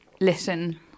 listen